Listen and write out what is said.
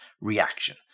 reaction